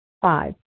Five